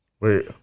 wait